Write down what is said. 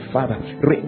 Father